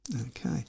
okay